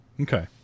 Okay